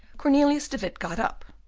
cornelius de witt got up,